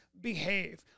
behave